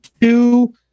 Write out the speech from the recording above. two